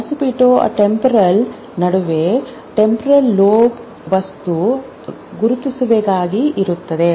occipito temporal ನಡುವೆ temporal lobe ವಸ್ತು ಗುರುತಿಸುವಿಕೆಗಾಗಿರುತ್ತದೆ